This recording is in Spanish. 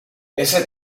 ese